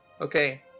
Okay